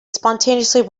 spontaneously